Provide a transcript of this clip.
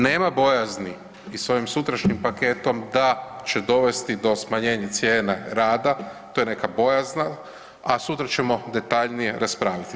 Nema bojazni i s ovim sutrašnjim paketom da će dovesti do smanjenje cijene rada, to je neka bojazan, a sutra ćemo detaljnije raspraviti.